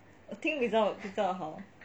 听你知道比较好